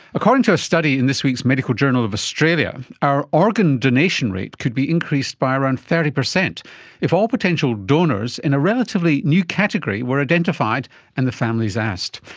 according to a study in this week's medical journal of australia, our organ donation rate could be increased by around thirty percent if all potential donors in a relatively new category were identified and the families asked.